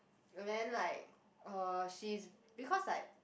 then like uh she's because like